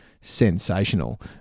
sensational